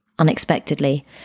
unexpectedly